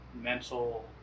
mental